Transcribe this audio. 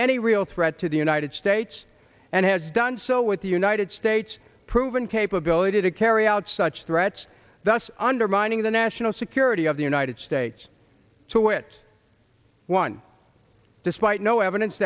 any real threat to the united states and has done so with the united states proven capability to carry out such threats thus undermining the national security of the united states to wit one despite no evidence